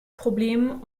problem